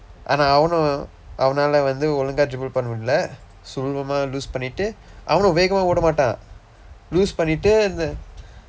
அவனும் அவனால வந்து ஒழுங்கா:avanum avanaala vandthu olungkaa dribble பண்ண தெரியில்ல சுலபமா:panna theriyilla sulapamaa lose பண்ணிட்டு அவனும் வேகமா ஓட மாட்டான்:pannitdu avanum veekamaa ooda maatdaan lose பண்ணிட்டு இந்த:pannitdu indtha